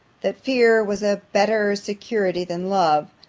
that fear was a better security than love,